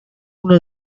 uno